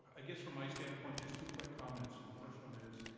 i guess from my standpoint, just two quick comments. first one is,